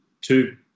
two